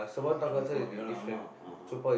Chong Pang ya lah ஆமா:aamaa (uh huh)